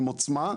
עם עוצמה,